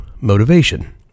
motivation